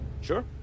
Sure